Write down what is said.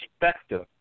perspective